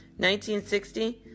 1960